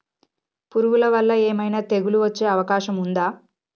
పురుగుల వల్ల ఏమైనా తెగులు వచ్చే అవకాశం ఉందా?